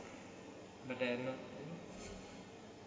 but then